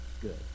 good